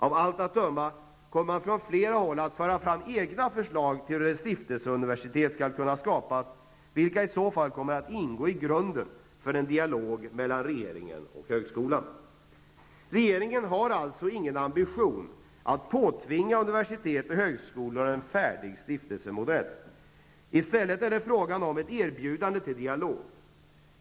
Av allt att döma kommer man från flera håll att föra fram egna förslag till hur ett stiftelseuniversitet skall kunna skapas, vilka i så fall kommer att ingå i grunden för en dialog mellan regeringen och högskolan. Regeringen har alltså ingen ambition att påtvinga universitet och högskolor en färdig stiftelsemodell. I stället är det frågan om ett erbjudande till dialog.